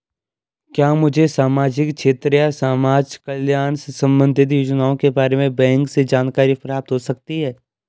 क्या मुझे सामाजिक क्षेत्र या समाजकल्याण से संबंधित योजनाओं के बारे में बैंक से जानकारी प्राप्त हो सकती है?